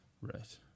right